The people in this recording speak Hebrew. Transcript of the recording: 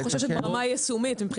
אני חוששת ברמה היישומית.